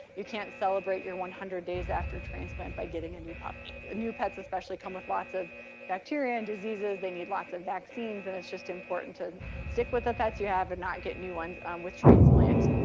you can't celebrate your one hundred days after transplant by getting a new puppy. new pets especially come with lots of bacteria and diseases, they need lots of vaccines and it's just important to stick with the pets you have and not get new ones um with transplant.